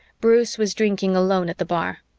bruce was drinking alone at the bar.